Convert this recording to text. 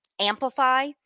amplify